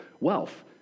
wealth